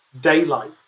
daylight